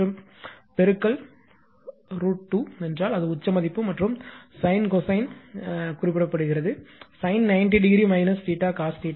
மற்றும் பெருக்கல் √ 2 என்றால் அது உச்ச மதிப்பு மற்றும் sin கொசைன் கொசைன் குறிப்பிடப்படுகிறது sin 90 o cos